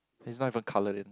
he's not even colour in